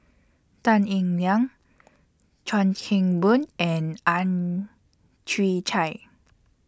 Tan Eng Liang Chuan Keng Boon and Ang Chwee Chai